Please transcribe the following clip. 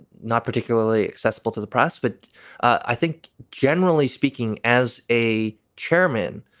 not particularly accessible to the press. but i think, generally speaking, as a chairman,